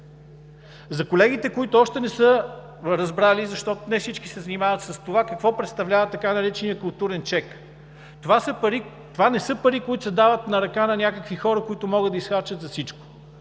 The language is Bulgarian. За колегите, които още не са разбрали – защото не всички се занимават с това, какво представлява така нареченият „културен чек“, това не са пари, които се дават на ръка на някакви хора, които могат да изхарчат за всичко.